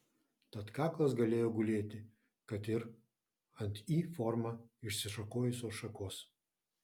tad kaklas galėjo gulėti kad ir ant y forma išsišakojusios šakos